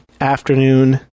afternoon